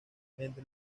entre